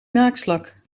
naaktslak